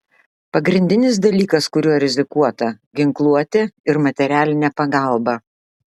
pagrindinis dalykas kuriuo rizikuota ginkluotė ir materialinė pagalba